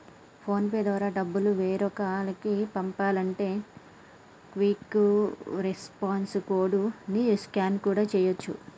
phone pay ద్వారా డబ్బులు వేరొకరికి పంపాలంటే క్విక్ రెస్పాన్స్ కోడ్ ని స్కాన్ కూడా చేయచ్చు